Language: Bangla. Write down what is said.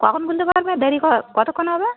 কখন খুলতে পারবে দেরি কতক্ষণ হবে